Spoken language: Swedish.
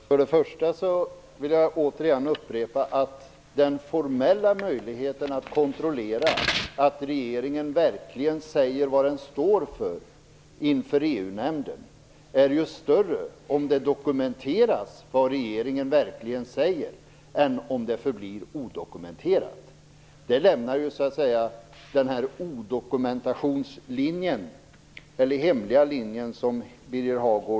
Herr talman! Först och främst vill jag återigen upprepa att den formella möjligheten att kontrollera att regeringen verkligen säger vad den står för inför EU-nämnden är större om det som regeringen verkligen säger dokumenteras än om det hela förblir odokumenterat.